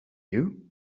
you